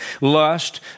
lust